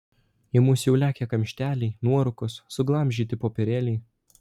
į mus jau lekia kamšteliai nuorūkos suglamžyti popierėliai